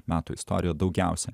metų istoriją daugiausiai